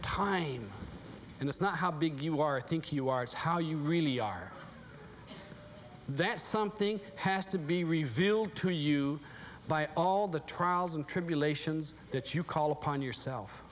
time and it's not how big you are think you are it's how you really are that something has to be revealed to you by all the trials and tribulations that you call upon yourself